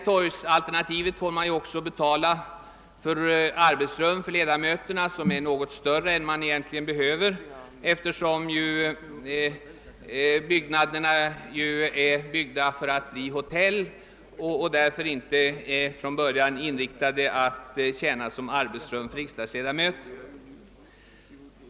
I alternativet Sergels torg får man betala för arbetsrum för ledamöterna som är något större än de egentligen behöver vara, eftersom byggnaden är avsedd att bli hotell och rummen därför inte är ämnade att tjäna som arbetsrum för riksdagsledamöter.